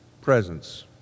presence